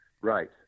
right